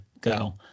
go